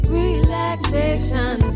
relaxation